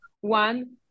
one